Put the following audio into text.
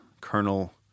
Colonel